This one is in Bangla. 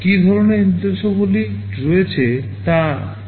কী ধরণের নির্দেশাবলী রয়েছে তা আমাদের দেখতে দিন